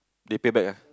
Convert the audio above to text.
they pay back ah